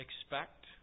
expect